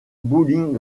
bowling